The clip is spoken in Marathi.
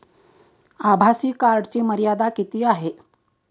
आभासी कार्डची मर्यादा किती आहे?